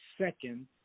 second